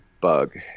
Bug